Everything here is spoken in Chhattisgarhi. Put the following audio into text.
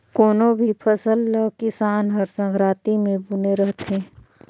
कोनो भी फसल ल किसान हर संघराती मे बूने रहथे